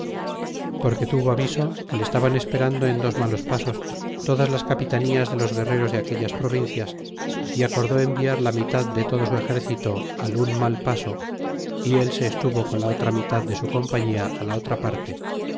porque tuvo aviso que le estaban esperando en dos malos pasos todas las capitanías de los guerreros de aquellas provincias y acordó enviar la mitad de todo su exercito al un mal paso y él se estuvo con la otra mitad de su compaña la otra parte